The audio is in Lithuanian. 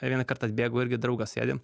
vieną kartą bėgu irgi draugas sėdi